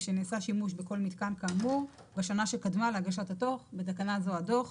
שנעשה שימוש בכל מתקן כאמור בשנה שקדמה להגשת הדו"ח (בתקנה זו הדו"ח).